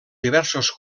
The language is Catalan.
diversos